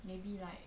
maybe like